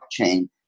blockchain